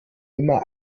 immer